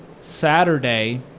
Saturday